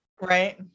Right